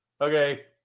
Okay